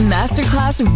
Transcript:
Masterclass